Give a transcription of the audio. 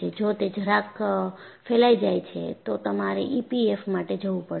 જો તે જરાક ફેલાય જાય છે તો તમારે ઈપીએફએમ માટે જવું પડશે